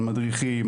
על מדריכים,